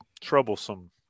troublesome